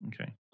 Okay